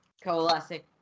coalescing